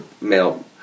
male